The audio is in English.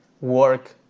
work